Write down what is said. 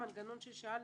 המנגנון ששאלתי,